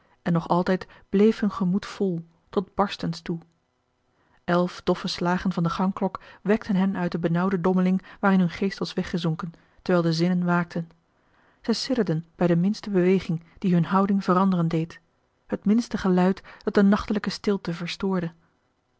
en nog altijd bleef hun gemoed vol tot barstens toe elf doffe slagen van de gangklok wekten hen uit de benauwde dommeling waarin hun geest was weggezonken terwijl de zinnen waakten zij sidderden bij de minste beweging die hun houding veranderen deed het minste geluid dat de nachtelijke stilte verstoorde